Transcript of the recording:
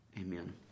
Amen